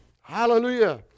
hallelujah